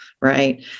right